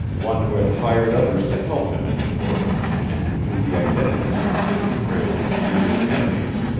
one who had hired others to help him in his work and who knew the identities of sidney prale's mysterious enemies,